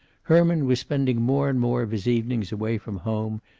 herman was spending more and more of his evenings away from home,